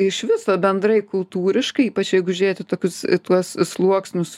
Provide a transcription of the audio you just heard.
iš viso bendrai kultūriškai ypač jeigu žiūrėti tokius į tuos sluoksnius